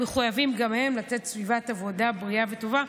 גם הם מחויבים לתת סביבת עבודה בריאה וטובה,